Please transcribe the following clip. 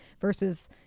versus